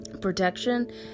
protection